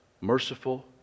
merciful